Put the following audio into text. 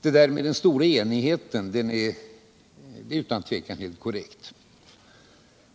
Det där med den stora cnigheten är helt korrekt.